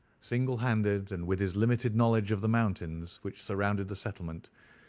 single-handed, and with his limited knowledge of the mountains which surrounded the settlement,